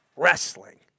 wrestling